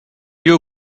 you